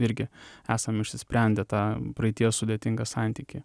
irgi esam išsisprendę tą praeities sudėtingą santykį